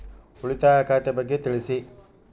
ಉಳಿತಾಯ ಖಾತೆ ಬಗ್ಗೆ ತಿಳಿಸಿ?